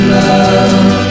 love